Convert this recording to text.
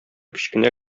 кечкенә